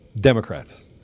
Democrats